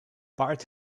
part